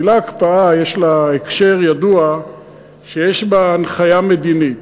המילה "הקפאה" יש לה הקשר ידוע שיש בו הנחיה מדינית.